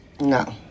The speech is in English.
No